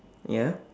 ya